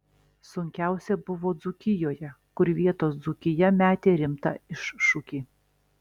sunkiausia buvo dzūkijoje kur vietos dzūkija metė rimtą iššūkį